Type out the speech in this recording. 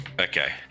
okay